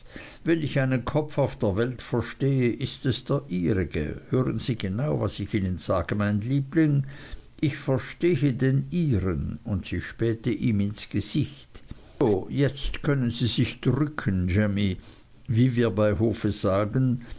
wenn ich einen kopf auf der welt verstehe ist es der ihrige hören sie genau was ich ihnen sage mein liebling ich verstehe den ihren und sie spähte ihm ins gesicht so jetzt können sie sich drücken jammy wie wir bei hof sagen